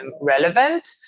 relevant